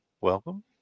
Welcome